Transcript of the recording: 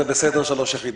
זה בסדר שלוש יחידות.